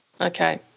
Okay